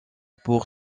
pour